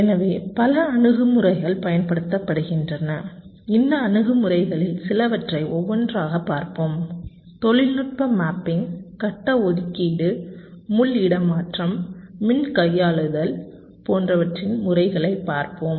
எனவே பல அணுகுமுறைகள் பயன்படுத்தப்படுகின்றன இந்த அணுகுமுறைகளில் சிலவற்றை ஒவ்வொன்றாகப் பார்ப்போம் தொழில்நுட்ப மேப்பிங் கட்ட ஒதுக்கீடு முள் இடமாற்றம் மின் கையாளுதல் போன்றவற்றின் முறைகளைப் பார்ப்போம்